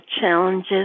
challenges